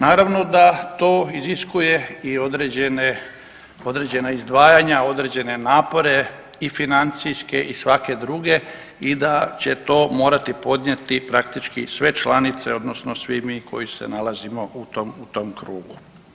Naravno da to iziskuje i određena izdvajanja, određene napore i financijske i svake druge i da će to morati podnijeti praktički sve članice odnosno svi mi koji se nalazimo u tom krugu.